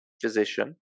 physician